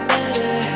Better